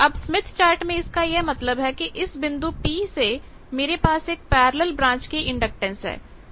अब Smith chart में इसका यह मतलब है कि इस बिंदु P से मेरे पास एक पैरेलल ब्रांच की इंडक्टेंस है